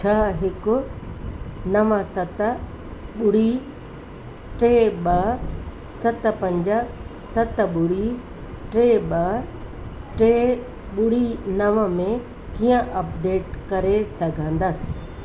छ्ह हिकु नव सत ॿुड़ी टे ॿ सत पंज सत ॿुड़ी ते ॿ टे ॿुड़ी नव में कीअं अपडेट करे सघंदसि